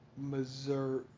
Missouri